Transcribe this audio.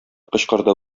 кычкырды